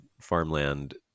farmland